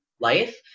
life